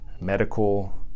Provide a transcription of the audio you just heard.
medical